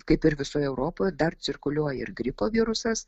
kaip ir visoje europoje dar cirkuliuoja ir gripo virusas